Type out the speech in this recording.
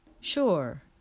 Sure